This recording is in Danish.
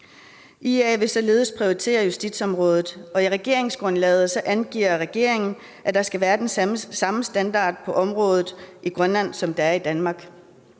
IA vil således prioritere justitsområdet, og i regeringsgrundlaget angiver regeringen, at der skal være den samme standard på området i Grønland, som der er i Danmark.